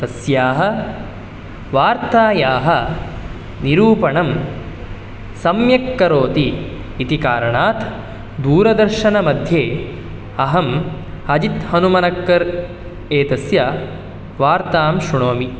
तस्याः वार्तायाः निरूपणं सम्यक् करोति इति कारणात् दूरदर्शनमध्ये अहम् अजित् हनुमनक्कर् एतस्य वार्तां श्रुणोमि